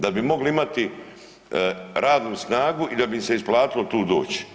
Da bi mogli imati radnu snagu i da bi im se isplatilo tu doći.